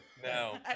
No